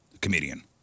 comedian